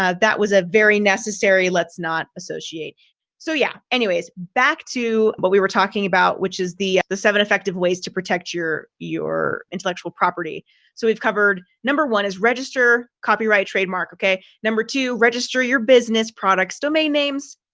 ah that was a very necessary let's not associate so yeah, anyways, back to what we were talking about, which is the the seven effective ways to protect your your intellectual property. so we've covered number one is register copyright trademark okay, number two, register your business products, domain names,